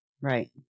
Right